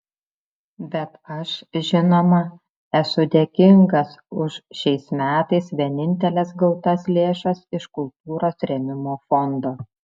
bet aš žinoma esu dėkingas už šiais metais vieninteles gautas lėšas iš kultūros rėmimo fondo